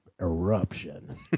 eruption